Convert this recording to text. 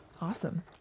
Awesome